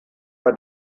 bei